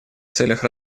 целях